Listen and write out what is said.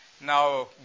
now